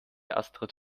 astrid